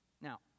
now